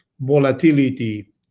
volatility